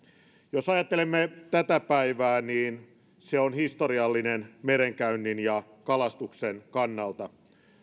jos ajattelemme tätä päivää niin se on historiallinen merenkäynnin ja kalastuksen kannalta